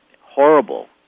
horrible